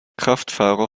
kraftfahrer